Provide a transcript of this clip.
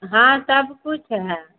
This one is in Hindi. हाँ सब कुछ है